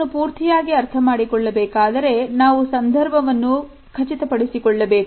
ಇದನ್ನು ಪೂರ್ತಿಯಾಗಿ ಅರ್ಥ ಮಾಡಿಕೊಳ್ಳಬೇಕಾದರೆ ನಾವು ಸಂದರ್ಭವನ್ನು ಖಚಿತಪಡಿಸಿಕೊಳ್ಳಬೇಕು